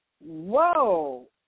Whoa